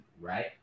right